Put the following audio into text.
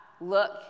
look